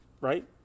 Right